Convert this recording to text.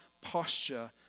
posture